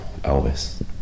Elvis